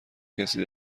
کسی